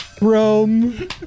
Rome